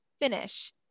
finish